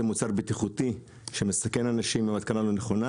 זה מוצר בטיחותי שמסכן אנשים אם יש התקנה לא נכונה,